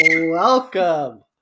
welcome